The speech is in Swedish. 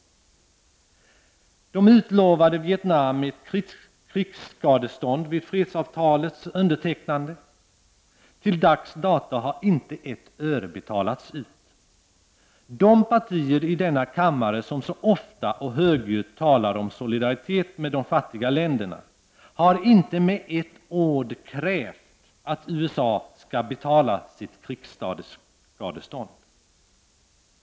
Man utlovade Vietnam ett krigsskadestånd vid fredsav talets undertecknande. Men till dags dato har inte ett enda öre betalats ut. De partier i denna kammare som så ofta och högljutt talar om solidaritet med de fattiga länderna har inte med ett enda ord krävt att USA skall betala sitt krigsskadestånd.